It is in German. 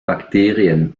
bakterien